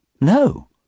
No